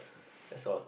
that's all